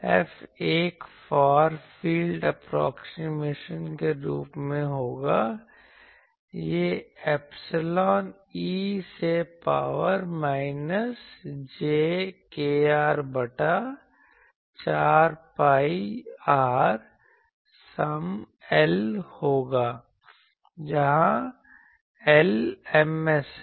F एक far field approximation के रूप में होगा यह ऐपसीलोन e से पावर माइनस j kr बटा 4 pi r some L होगा जहां L Ms है